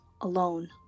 alone